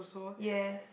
yes